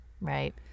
Right